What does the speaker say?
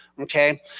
Okay